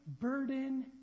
burden